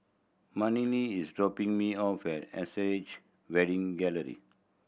is dropping me off at Wedding Gallery